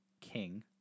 king